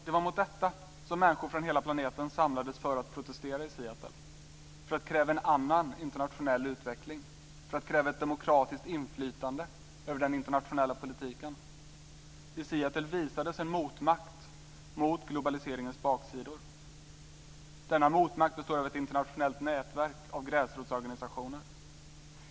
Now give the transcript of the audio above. Det var mot detta som människor från hela planeten samlades för att protestera i Seattle, för att kräva en annan internationell utveckling, för att kräva ett demokratiskt inflytande över den internationella politiken. I Seattle visades en motmakt mot globaliseringens baksidor. Denna motmakt består av ett internationellt nätverk av gräsrotsorganisationer.